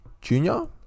Junior